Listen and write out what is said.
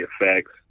effects